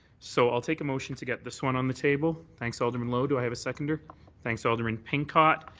so i'll take a motion to get this one on the table. thanks, alderman lowe. do i have a secondner thanks alderman pincott.